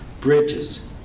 bridges